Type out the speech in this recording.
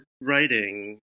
writing